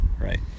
right